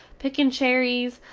pickin cheries,